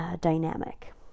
dynamic